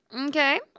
Okay